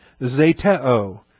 Zeteo